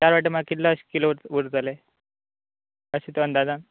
चार वांटे म्हळ्यार कितले अशें किलो उरतलें अशें ते अंदाजान